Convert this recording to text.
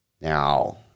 Now